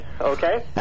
okay